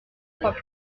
croient